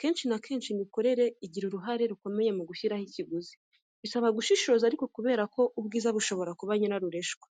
Kenshi na kenshi n'imikomerere igira uruhare rukomeye mu gushyiraho ikiguzi. Bisaba gushishoza ariko kubereka ko ubwiza bushobora kuba nyirarureshywa.